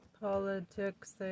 politics